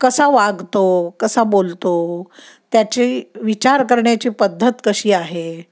कसा वागतो कसा बोलतो त्याची विचार करण्याची पद्धत कशी आहे